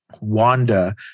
Wanda